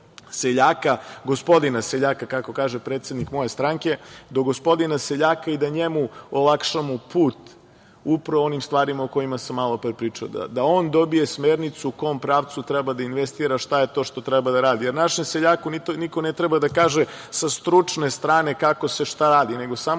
gospodina seljaka, kako kaže predsednik moje stranke, do gospodina seljaka i da njemu olakšamo put upravo onim stvarima o kojima sam malopre pričao, da on dobije smernicu u kom pravcu treba da investira šta je to što treba da radi, jer našem seljaku niko ne treba da kaže sa stručne strane kako se šta radi, nego samo